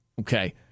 Okay